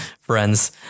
friends